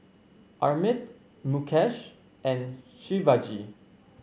Amit Mukesh and Shivaji